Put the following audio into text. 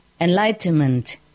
enlightenment